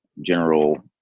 general